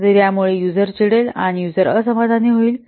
तर यामुळे युजर चिडेल आणि युजर असमाधानी होतील